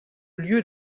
lieu